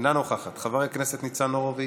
אינה נוכחת, חבר הכנסת ניצן הורוביץ,